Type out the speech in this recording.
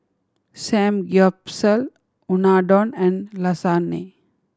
Samgyeopsal Unadon and Lasagna